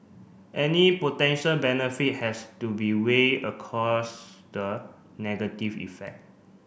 any potential benefit has to be weigh the negative effect